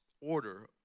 order